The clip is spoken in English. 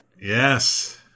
Yes